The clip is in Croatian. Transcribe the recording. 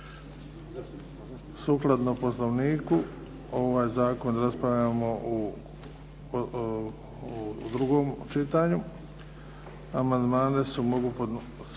Sukladno Poslovniku ovaj zakon raspravljamo u drugom čitanju. Amandmani se mogu plodnosti